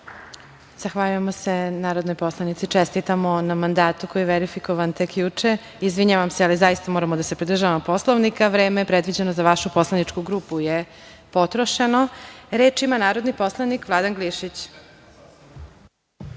Zahvaljujemo se narodnoj poslanici. Čestitamo na mandatu koji je verifikovan tek juče. Izvinjavam se, ali zaista moramo da se pridržavamo Poslovnika. Vreme predviđeno za vašu poslaničku grupu je potrošeno. Reč ima narodni poslanik Vladan Glišić.